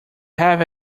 have